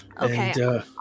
Okay